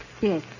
Yes